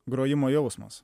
grojimo jausmas